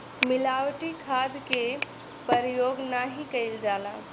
मिलावटी खाद के परयोग नाही कईल जाला